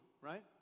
Right